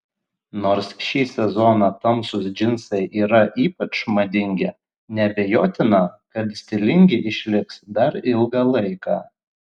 nors šį sezoną tamsūs džinsai yra ypač madingi neabejotina kad stilingi išliks dar ilgą laiką